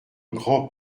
grand